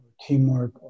teamwork